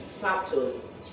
factors